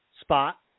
spot